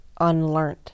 unlearned